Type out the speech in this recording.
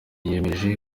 yiyemeje